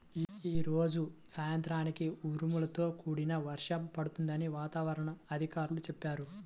యీ రోజు సాయంత్రానికి ఉరుములతో కూడిన వర్షం పడుతుందని వాతావరణ అధికారులు చెప్పారు